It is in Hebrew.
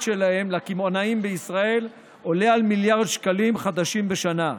שלהם לקמעונאים בישראל עולה על מיליארד שקלים חדשים בשנה.